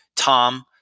Tom